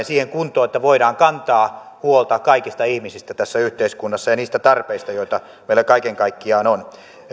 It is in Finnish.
siihen kuntoon että voidaan kantaa huolta kaikista ihmisistä tässä yhteiskunnassa ja niistä tarpeista joita meillä kaiken kaikkiaan on